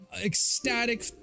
Ecstatic